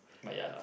but ya lah